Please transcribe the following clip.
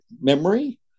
memory